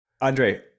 Andre